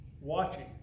Watching